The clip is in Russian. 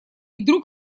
вдруг